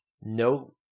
no